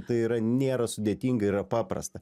tai yra nėra sudėtinga yra paprasta